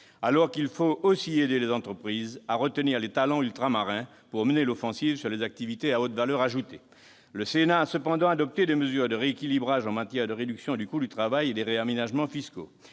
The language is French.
alors qu'il faut aussi aider les entreprises à retenir les talents ultramarins pour mener l'offensive sur les activités à haute valeur ajoutée. Le Sénat a cependant voté des mesures de rééquilibrage en matière de réduction du coût du travail ainsi que des réaménagements fiscaux.